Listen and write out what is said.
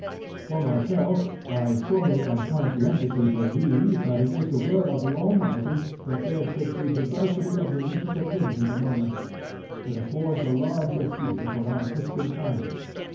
for myself, i fully and conscientiously believe, that it is the will of the almighty, that there should be diversity of religious opinions among us it affords a larger field for our christian kindness.